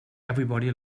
everybody